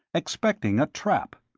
expecting a trap.